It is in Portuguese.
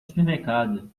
supermercado